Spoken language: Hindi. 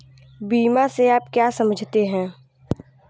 बीमा से आप क्या समझते हैं?